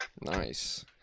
Nice